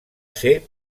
ser